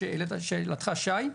לשאלתך, שי,